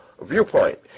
viewpoint